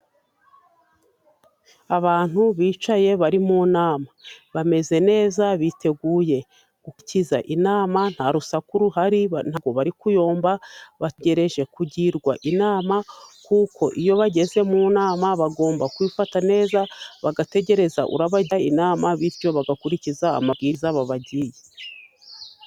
Abantu bicaye bari mu nama bameze neza biteguye gukiza inama nta rusaku ruhari, ntabwo bari kuyomba. Bategereje kugirwa inama kuko iyo bageze mu nama bagomba kwifata neza, bagategereza uri bubahe inama, bityo bagakurikiza amabwiriza babahaye.